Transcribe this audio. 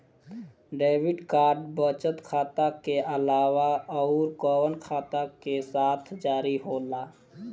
Debit card बचत खाता के अलावा अउरकवन खाता के साथ जारी होला?